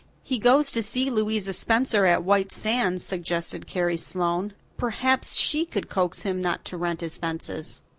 he goes to see louisa spencer at white sands, suggested carrie sloane. perhaps she could coax him not to rent his fences.